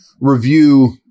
review